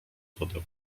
wodę